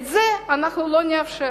את זה אנחנו לא נאפשר.